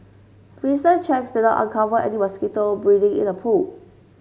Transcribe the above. recent checks did not uncover any mosquito breeding in the pool